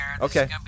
Okay